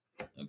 okay